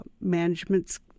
management's